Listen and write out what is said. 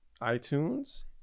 iTunes